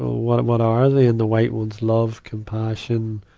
what, and what are they? and the white one's love, compassion,